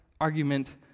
argument